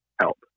help